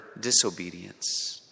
disobedience